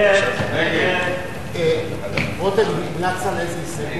(1) של קבוצת סיעת חד"ש ושל קבוצת סיעת מרצ לסעיף